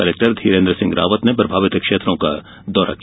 collector Dhirendra Singh Rawat ने प्रभावित क्षेत्रों का दौरा किया